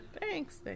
thanks